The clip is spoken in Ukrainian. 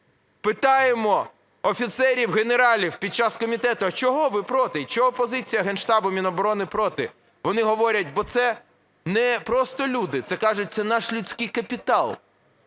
Питаємо офіцерів генералів під час комітету, а чого ви проти, чого позиція Генштабу Міноборони проти? Вони говорять, бо це не просто люди, це, кажуть, наш людський капітал.